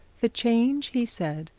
the change, he said,